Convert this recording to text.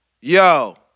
yo